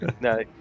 No